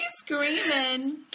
screaming